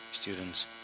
students